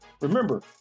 Remember